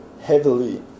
heavily